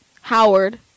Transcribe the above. howard